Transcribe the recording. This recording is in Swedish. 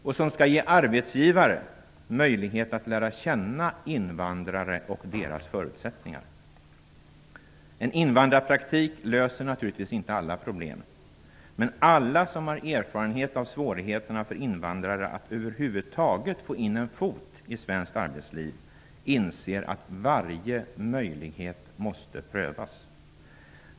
Praktiken skall ge arbetsgivare möjlighet att lära känna invandrare och deras förutsättningar. En invandrarpraktik löser naturligtvis inte alla problem, men alla som har erfarenhet av svårigheterna för invandrare att över huvud taget få in en fot i svenskt arbetsliv inser att varje möjlighet måste prövas.